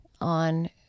on